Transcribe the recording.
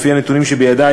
לפי הנתונים שבידי,